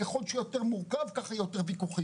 ככל שהוא יותר מורכב ככה יהיו יותר ויכוחים.